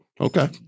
Okay